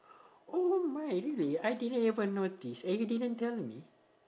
oh my really I didn't even know this and you didn't tell me